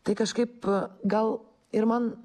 tai kažkaip gal ir man